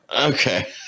Okay